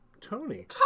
Tony